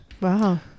Wow